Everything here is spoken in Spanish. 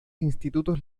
institutos